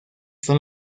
son